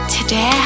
Today